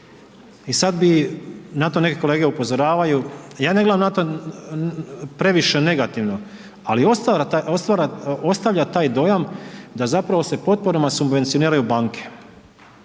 i sad bi, na to neke kolege upozoravaju, ja ne gledam na to previše negativno, ali ostavlja taj dojam da zapravo se potporama subvencioniraju banke.